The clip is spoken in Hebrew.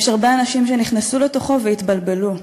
יש הרבה אנשים שנכנסו לתוכו והתבלבלו,